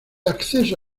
acceso